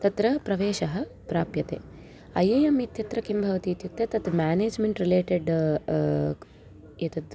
तत्र प्रवेशः प्राप्यते ऐयेयम् इत्यत्र किं भवति इत्युक्ते तत् म्यानेज्मेण्ट् रिलेटेड् एतत्